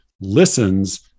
listens